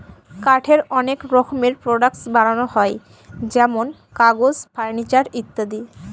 কাঠের অনেক রকমের প্রডাক্টস বানানো হয় যেমন কাগজ, ফার্নিচার ইত্যাদি